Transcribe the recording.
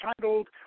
titled